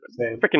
Freaking